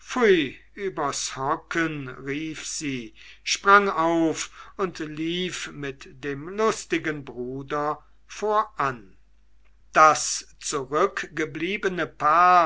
rief sie sprang auf und lief mit dem lustigen bruder voran das zurückgebliebene paar